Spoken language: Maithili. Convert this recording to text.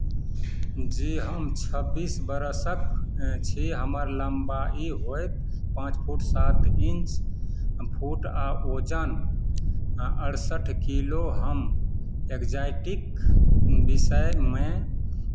जी हम छब्बीस वर्षक छी हमर लम्बाइ होयत पाँच फुट सात इंच फुट आ ओजन अरसठि किलो हम एग्जायटीक विषयमे